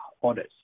orders